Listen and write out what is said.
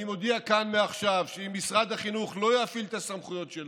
אני מודיע כאן מעכשיו שאם משרד החינוך לא יפעיל את הסמכויות שלו,